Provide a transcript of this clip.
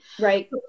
Right